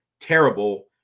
terrible